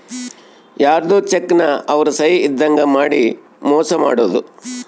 ಯಾರ್ಧೊ ಚೆಕ್ ನ ಅವ್ರ ಸಹಿ ಇದ್ದಂಗ್ ಮಾಡಿ ಮೋಸ ಮಾಡೋದು